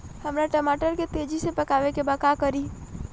हमरा टमाटर के तेजी से पकावे के बा का करि?